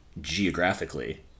geographically